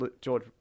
George